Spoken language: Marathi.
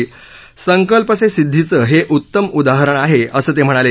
संकल्प से सिद्दीचं हे उत्तम उदाहरण आहे असं ते म्हणाले